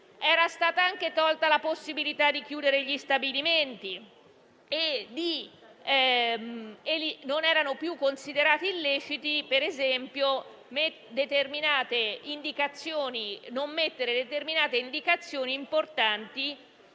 Era stata anche tolta la possibilità di chiudere gli stabilimenti e non era più considerata illecita, ad esempio, l'omissione di determinate indicazioni importanti